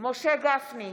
משה גפני,